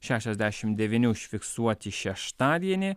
šešiasdešim devyni užfiksuoti šeštadienį